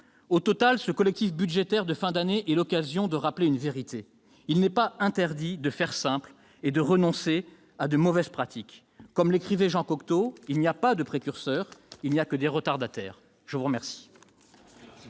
Au total, ce collectif budgétaire de fin d'année est l'occasion de rappeler une vérité : il n'est pas interdit de faire simple et de renoncer à de mauvaises pratiques. Comme l'écrivait Jean Cocteau :« Il n'y a pas de précurseur, il n'y a que des retardataires ». Bravo ! La parole